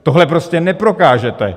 Tohle prostě neprokážete.